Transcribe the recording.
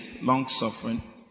long-suffering